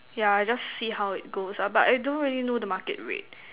yeah I just see how it goes ah but I don't really know the Market rate